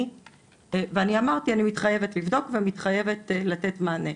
ואני אמרתי שאני מתחייבת לבדוק ומתחייבת לתת מענה.